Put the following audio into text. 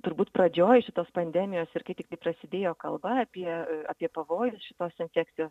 turbūt pradžioj šitos pandemijos ir kai tiktai prasidėjo kalba apie apie pavojus šitos infekcijos